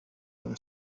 them